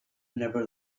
never